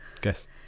Guess